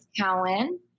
Cowan